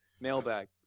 mailbag